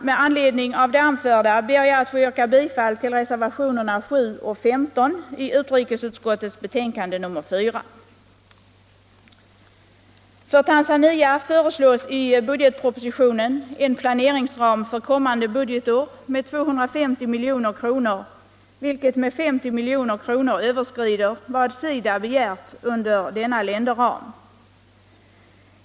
Med stöd av det anförda ber jag att få yrka bifall till reservationerna 7 och 15 vid utrikesutskottets betänkande nr 4. För Tanzania föreslås i budgetpropositionen en planeringsram för kommande budgetår av 250 milj.kr., vilket med 50 milj.kr. överskrider vad SIDA har begärt under denna länderram.